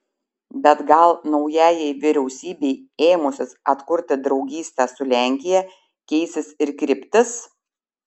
bet gal naujajai vyriausybei ėmusis atkurti draugystę su lenkija keisis ir kryptis